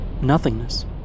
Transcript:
nothingness